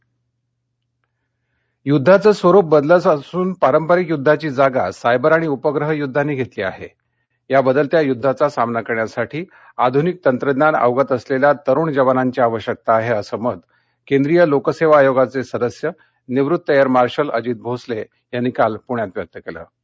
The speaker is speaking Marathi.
एन डी ए युध्दाचं स्वरूप बदलत असून पारंपरिक युद्धाची जागा सायबर आणि उपग्रह युद्धांनी घस्मी आहा या बदलत्या युद्धाचा सामना करण्यासाठी आधूनिक तंत्रज्ञान अवगत असलेखा तरुण जवानांची आवश्यकता आहा असं मत केंद्रीय लोकसद्वी आयोगाचविदस्य निवृत्त एअर मार्शल अजित भोसलविनी काल पुण्यात व्यक्त कलि